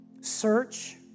search